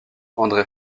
andré